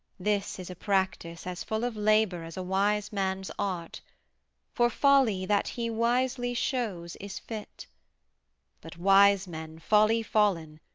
this is a practice as full of labour as a wise man's art for folly that he wisely shows is fit but wise men, folly-fall'n,